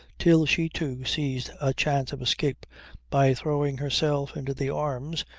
till she too seized a chance of escape by throwing herself into the arms,